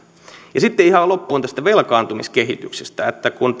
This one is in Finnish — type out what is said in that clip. sitten ihan loppuun tästä velkaantumiskehityksestä kun